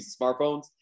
smartphones